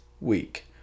week